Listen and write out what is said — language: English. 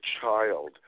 child